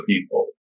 people